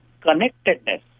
connectedness